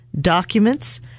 documents